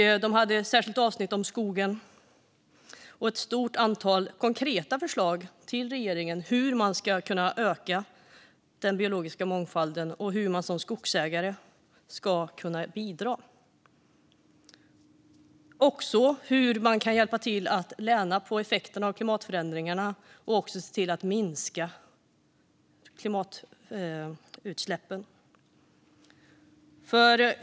De hade ett särskilt avsnitt om skogen och ett stort antal konkreta förslag till regeringen om hur man ska kunna öka den biologiska mångfalden och hur man som skogsägare ska kunna bidra. Det handlar också om hur man kan hjälpa till att lindra effekterna av klimatförändringarna och se till att minska klimatutsläppen.